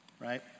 right